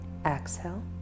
Exhale